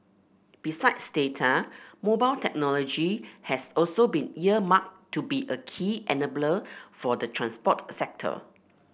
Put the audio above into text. besides data mobile technology has also been earmarked to be a key enabler for the transport sector